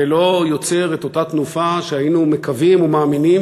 ולא יוצר את אותה תנופה שהיינו מקווים ומאמינים